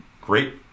great